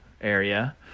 area